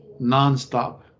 nonstop